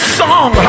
song